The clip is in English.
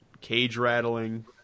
cage-rattling